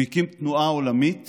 הוא הקים תנועה עולמית